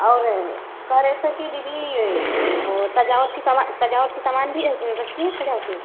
और कह रहे थे कि दीदी सजावट की समा भी सजावट की सामान भी रखती है सजाकर